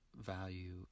value